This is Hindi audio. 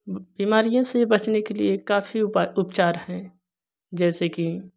वो बीमारियों से बचने के लिए काफी उपाय उपचार हैं जैसे कि